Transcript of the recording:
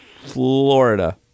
Florida